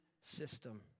system